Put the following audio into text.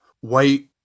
white